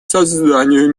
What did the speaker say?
созданию